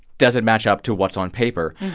does it match up to what's on paper?